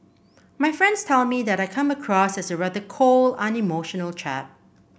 my friends tell me that I come across as a rather cold unemotional chap